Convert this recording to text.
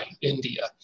India